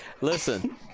Listen